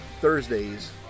Thursdays